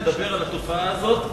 לדבר על התופעה הזאת,